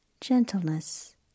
gentleness